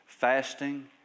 Fasting